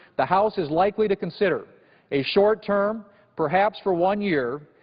the house is likely to consider a short-term, perhaps for one year,